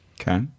Okay